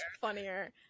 funnier